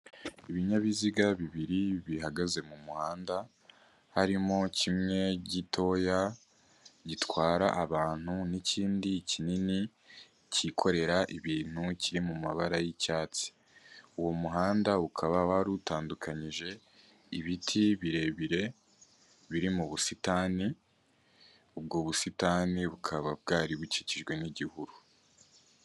Ibinyabiziga bibiri bihagaze mu muhanda harimo kimwe gitoya gitwara abantu n'ikindi kinini cyikorera ibintu kiri mu mabara y'icyatsi, uwo muhanda ukaba wari utandukanyije ibiti birebire biri mu busitani, ubwo busitani bukaba bwari bukikijwe n'igihuru.